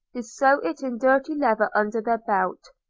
who sew it in dirty leather under their belt.